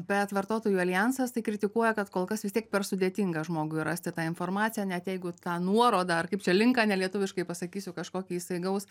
bet vartotojų aljansas tai kritikuoja kad kol kas vis tiek per sudėtinga žmogui rasti tą informaciją net jeigu tą nuorodą ar kaip čia linką nelietuviškai pasakysiu kažkokį jisai gaus